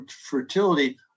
fertility